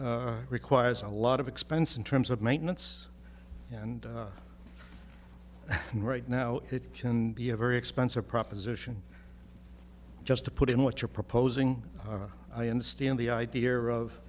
requires a lot of expense in terms of maintenance and right now it can be a very expensive proposition just to put in what you're proposing i understand the idea of